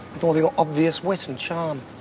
with all your obvious wit and charm?